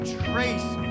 trace